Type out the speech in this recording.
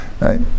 Right